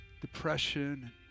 Depression